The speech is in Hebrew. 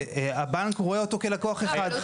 והבנק רואה אותו כלקוח אחד.